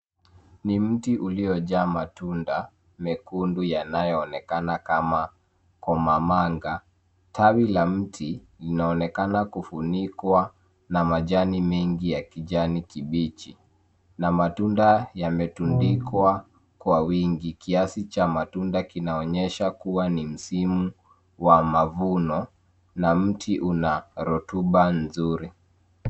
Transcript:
Ni mti uliyojaa matunda mekundu yanayoonekana kama komamanga. Tawi la mti linaonekana kufunikwa na majani mengi ya kijani kibichi na matunda yametundikwa kwa wingi. Kiasi cha matunda kinaonyesha kuwa ni msimu wa mavuno na mti una rotuba nzuri.